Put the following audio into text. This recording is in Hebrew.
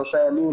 שלושה ימים,